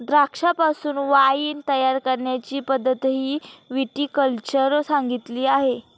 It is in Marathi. द्राक्षांपासून वाइन तयार करण्याची पद्धतही विटी कल्चर सांगितली आहे